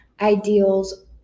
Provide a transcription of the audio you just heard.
ideals